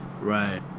Right